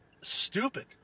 stupid